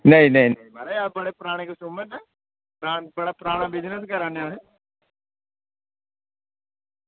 नेईं नेईं नेईं महाराज अस बड़े पराने कस्टमर न बड़ा पराना बिज़नेस करा ने अस